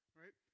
right